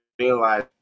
realize